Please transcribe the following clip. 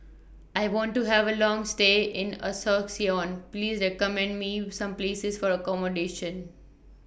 I want to Have A Long stay in Asuncion Please recommend Me Some Places For accommodation